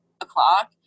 o'clock